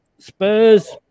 Spurs